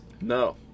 No